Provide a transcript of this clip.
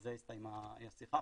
ובזה הסתיימה השיחה,